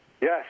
Yes